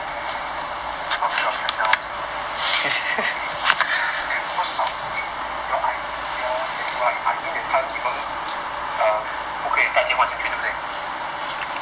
fuck you up shut down no kidding ya then cause our ya your man you I I mean that time 你们不可以带电话进去对不对